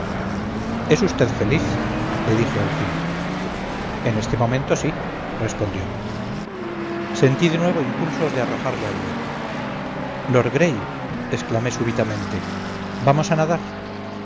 es usted feliz le dije al fin en este momento sí respondió sentí de nuevo impulsos de arrojarle al mar lord gray exclamé súbitamente vamos a nadar